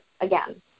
again